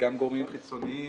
גם גורמים חיצוניים,